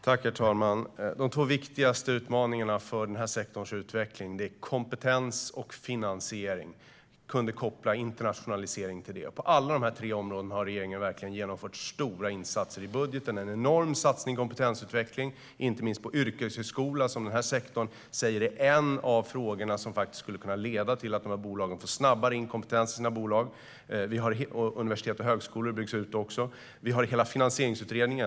Herr talman! De två viktigaste utmaningarna för den här sektorns utveckling är kompetens och finansiering. Vi kan även koppla internationalisering till dem. På alla de tre områdena har regeringen genomfört stora insatser. I budgeten sker en enorm satsning på kompetensutveckling, inte minst på yrkeshögskola. Det är en av de frågor som kan leda till att bolagen snabbare kan få in kompetens. Universitet och högskolor byggs också ut. Vi har hela Finansieringsutredningen.